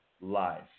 life